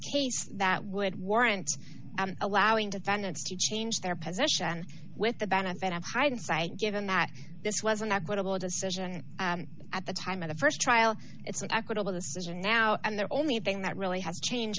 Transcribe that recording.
case that would warrant allowing defendants to change their position with the benefit of hindsight given that this was an equitable decision at the time of the st trial it's an equitable decision now and the only thing that really has changed